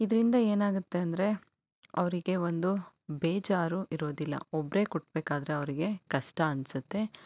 ಇದರಿಂದ ಏನಾಗುತ್ತೆ ಅಂದರೆ ಅವರಿಗೆ ಒಂದು ಬೇಜಾರು ಇರೋದಿಲ್ಲ ಒಬ್ಬರೇ ಕುಟ್ಟಬೇಕಾದ್ರೆ ಅವರಿಗೆ ಕಷ್ಟ ಅನಿಸುತ್ತೆ